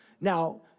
Now